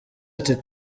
ati